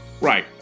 Right